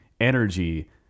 energy